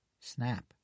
Snap